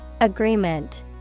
Agreement